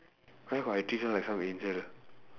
why would I treat her like some angel